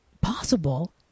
possible